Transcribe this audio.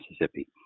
Mississippi